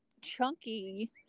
chunky